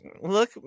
Look